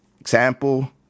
Example